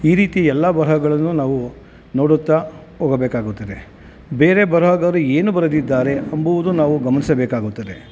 ಈ ರೀತಿ ಎಲ್ಲ ಬರಹಗಳನ್ನು ನಾವು ನೋಡುತ್ತ ಹೋಗಬೇಕಾಗುತ್ತದೆ ಬೇರೆ ಬರಹಗಾರರು ಏನು ಬರೆದಿದ್ದಾರೆ ಎಂಬುದು ನಾವು ಗಮನಿಸಬೇಕಾಗುತ್ತದೆ